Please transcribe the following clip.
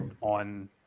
on